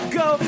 go